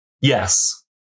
Yes